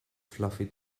fluffy